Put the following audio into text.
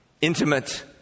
intimate